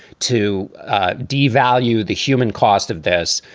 to devalue the human cost of this,